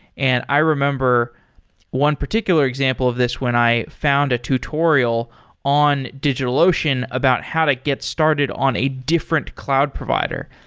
and i remember one particular example of this when i found a tutorial in digitalocean about how to get started on a different cloud provider.